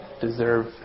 deserve